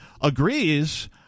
agrees